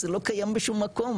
זה לא קיים בשום מקום,